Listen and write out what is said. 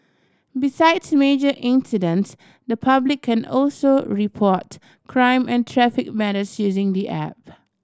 besides major incidents the public can also report crime and traffic matters using the app